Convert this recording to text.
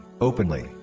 openly